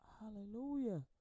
Hallelujah